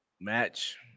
match